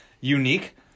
unique